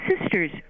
sisters